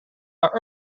are